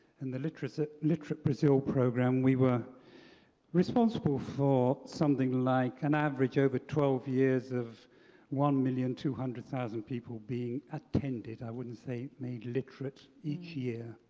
and the literate the literate brazil programme, we were responsible for something like an average over twelve years of one million two hundred thousand people being attended, i wouldn't say made literate each year.